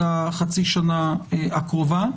לחצי שנה הקרובה,